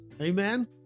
amen